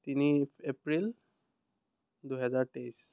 তিনি এপ্ৰিল দুহেজাৰ তেইছ